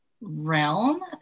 realm